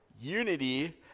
Unity